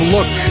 Look